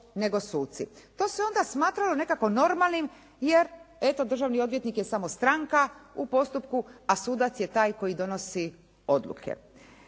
nego suci. To se onda smatralo nekako normalnim jer eto državni odvjetnik je samo stranka u postupku a sudac je taj koji donosi odluke.